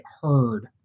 heard